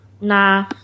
Nah